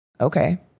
Okay